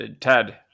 ted